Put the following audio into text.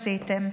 עשיתם.